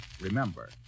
remember